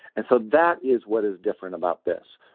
and so that is what is different about this.